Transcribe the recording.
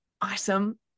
awesome